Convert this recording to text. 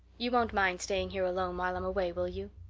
you won't mind staying here alone while i'm away, will you?